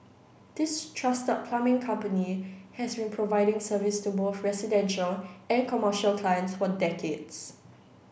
this trusted plumbing company has been providing service to both residential and commercial clients for decades